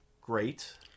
great